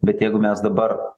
bet jeigu mes dabar